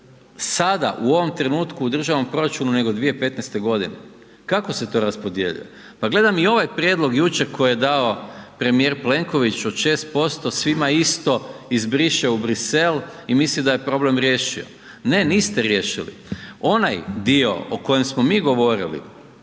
sada u ovom trenutku u državnom proračunu nego 2015. godine. Kako se to raspodjeljuje? Pa gledam i ovaj prijedlog jučer kojeg je dao premijer Plenković od 6% svima isto i zbriše u Brisel i misli da je problem riješio. Ne, niste riješili. Onaj dio o kojem smo mi govorili